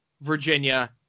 Virginia